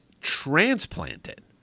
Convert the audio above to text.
transplanted